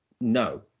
no